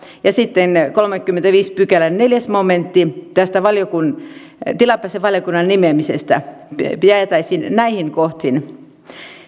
ja sitten kolmannenkymmenennenviidennen pykälän neljäs momentti tästä tilapäisen valiokunnan nimeämisestä jäätäisiin näihin kohtiin